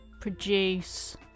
produce